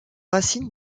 racine